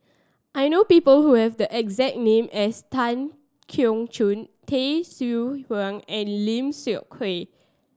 I know people who have the exact name as Tan Keong Choon Tay Seow Huah and Lim Seok Hui